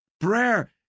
Prayer